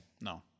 No